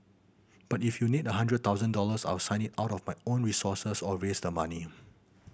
but if you need a hundred thousand dollars I'll sign it out of my own resources or raise the money